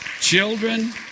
Children